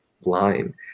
line